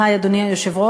היי, אדוני היושב-ראש,